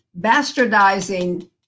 bastardizing